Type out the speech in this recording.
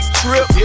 trip